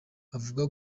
avuga